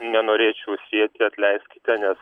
nenorėčiau sieti atleiskite nes